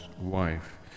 wife